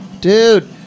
dude